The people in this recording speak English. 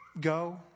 go